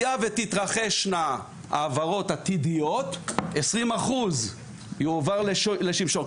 היה ותתרחשנה העברות עתידיות, 20% יועבר לשמשון.